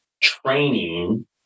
training